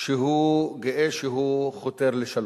שהוא גאה שהוא חותר לשלום,